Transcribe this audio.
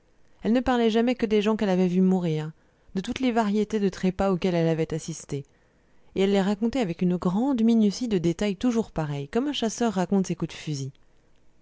elle ne parlait jamais que des gens qu'elle avait vus mourir de toutes les variétés de trépas auxquelles elle avait assisté et elle les racontait avec une grande minutie de détails toujours pareils comme un chasseur raconte ses coups de fusil